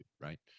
right